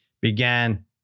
began